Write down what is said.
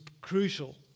crucial